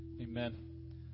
Amen